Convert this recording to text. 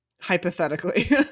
hypothetically